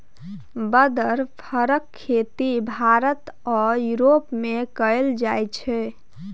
बदर फरक खेती भारत आ युरोप मे कएल जाइ छै